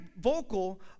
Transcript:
vocal